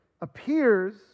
appears